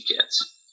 kids